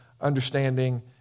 understanding